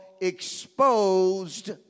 exposed